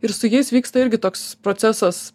ir su jais vyksta irgi toks procesas